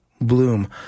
Bloom